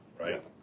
right